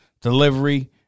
delivery